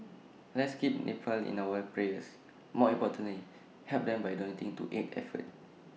let's keep Nepal in our prayers but more importantly help them by donating to aid effort